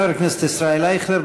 חבר הכנסת ישראל אייכלר,